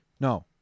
No